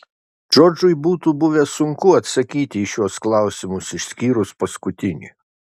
džordžui būtų buvę sunku atsakyti į šiuos klausimus išskyrus paskutinį